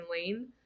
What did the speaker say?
lane